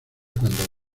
cuando